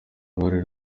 uruhare